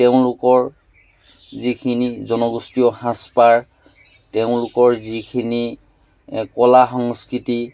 তেওঁলোকৰ যিখিনি জনগোষ্ঠীয় সাজ পাৰ তেওঁলোকৰ যিখিনি কলা সংস্কৃতি